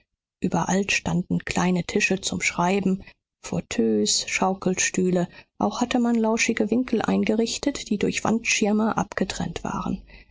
überall standen kleine tische zum schreiben fauteuils schaukelstühle auch hatte man lauschige winkel eingerichtet die durch wandschirme abgetrennt waren